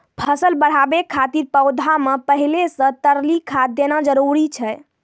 फसल बढ़ाबै खातिर पौधा मे पहिले से तरली खाद देना जरूरी छै?